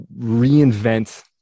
reinvent